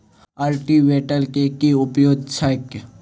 Cultivator केँ की उपयोग छैक?